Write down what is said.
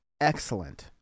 excellent